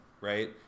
right